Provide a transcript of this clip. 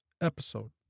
episode